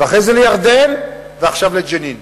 ואחרי זה לירדן, ועכשיו לג'נין.